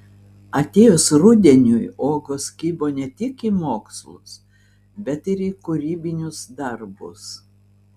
atėjus rudeniui uogos kibo ne tik į mokslus bet ir į kūrybinius darbus